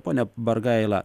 pone bargaila